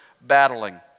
battling